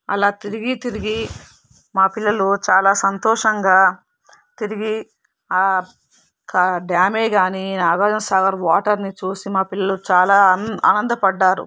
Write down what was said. అలా తిరిగి తిరిగి మా పిల్లలు చాలా సంతోషంగా తిరిగి డ్యామే కాని నాగార్జునసాగర్ వాటర్ని చూసి మా పిల్లలు చాలా ఆనం ఆనందపడ్డారు